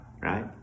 right